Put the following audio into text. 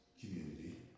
community